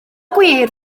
gwir